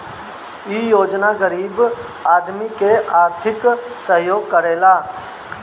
इ योजना गरीब आदमी के आर्थिक सहयोग करेला